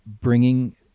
bringing